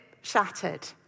shattered